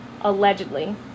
allegedly